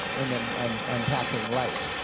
and then i'm i'm packing light.